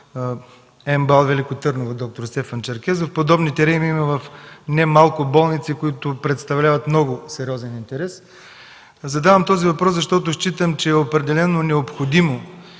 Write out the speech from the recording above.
– Велико Търново, подобни терени има в немалко болници, които представляват много сериозен интерес. Задавам този въпрос, защото считам, че е определено необходимо